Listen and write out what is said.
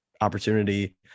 opportunity